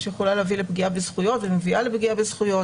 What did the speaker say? שיכולה להביא לפגיעה בזכויות ומביאה לפגיעה בזכויות,